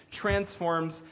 transforms